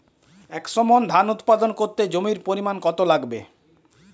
একশো মন ধান উৎপাদন করতে জমির পরিমাণ কত লাগবে?